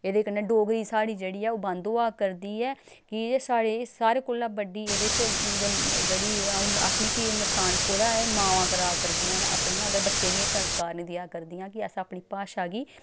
एह्दे कन्नै डोगरी साढ़ी जेह्ड़ी ऐ ओह् बंद होआ करदी ऐ कि एह् साढ़े सारें कोला बड्डी एह्दे च जेह्ड़ी अ'ऊं आखनी कि एह् नुकसान कोह्दा ऐ मावां करा करदियां न अपन अगर बच्चें गी एह् संस्कार निं देआ करदियां कि अस अपनी भाशा गी